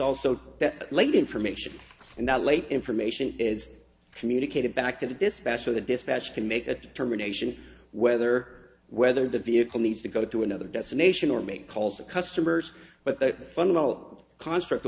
that late information and that late information is communicated back to the dispatch so the dispatch can make a determination whether whether the vehicle needs to go to another destination or make calls to customers but the fundamental construct